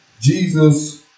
Jesus